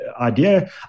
idea